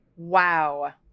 Wow